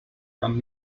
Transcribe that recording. from